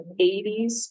80s